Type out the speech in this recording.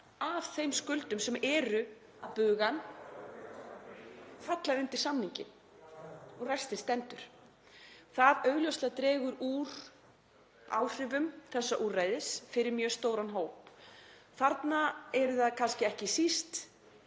af þeim skuldum sem eru að buga hann falla undir samninginn en restin stendur. Það dregur augljóslega úr áhrifum þessa úrræðis fyrir mjög stóran hóp. Þarna eru það ekki síst